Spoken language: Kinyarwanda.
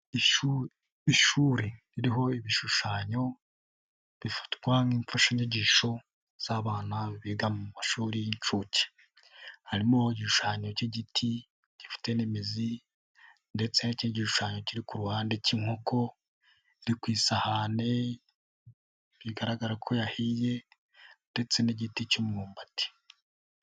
Ishuri ririho ibishushanyo bifatwa nk'imfashanyigisho z'abana biga mu mashuri y'inshuke harimo igishushanyo k'igiti gifite n'imizi, ndetse n'igishushanyo kiri ku ruhande k'inkoko iri ku isahani bigaragara ko yahiye, ndetse n'igiti cy'umwumbati.